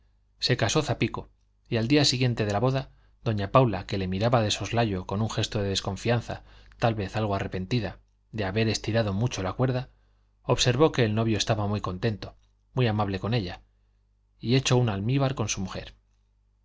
se casó zapico y al día siguiente de la boda doña paula que le miraba de soslayo con un gesto de desconfianza tal vez algo arrepentida de haber estirado mucho la cuerda observó que el novio estaba muy contento muy amable con ella y hecho un almíbar con su mujer